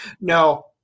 no